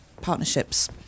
partnerships